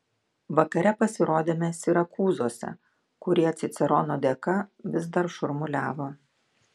vakare pasirodėme sirakūzuose kurie cicerono dėka vis dar šurmuliavo